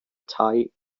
tai